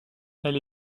elle